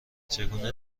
چگونه